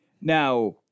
Now